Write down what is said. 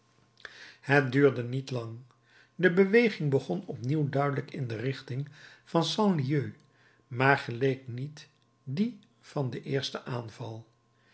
het duurde niet lang de beweging begon opnieuw duidelijk in de richting van saint leu maar geleek niet die van den eersten aanval